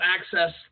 access